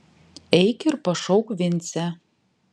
eik ir pašauk vincę